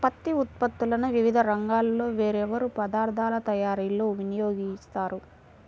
పత్తి ఉత్పత్తులను వివిధ రంగాల్లో వేర్వేరు పదార్ధాల తయారీలో వినియోగిస్తారు